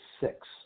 six